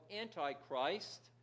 Antichrist